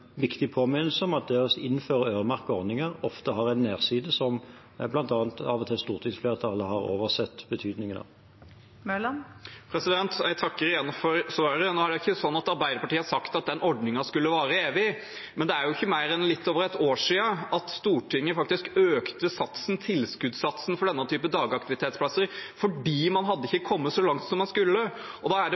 viktig påminnelse om at det å innføre øremerkede ordninger ofte har en nedside som bl.a. stortingsflertallet av og til har oversett betydningen av. Jeg takker igjen for svaret. Nå er det ikke sånn at Arbeiderpartiet har sagt at den ordningen skulle vare evig, men det er ikke mer enn litt over et år siden Stortinget økte tilskuddssatsen for denne typen dagaktivitetsplasser fordi man ikke hadde kommet så langt som man skulle. Da er det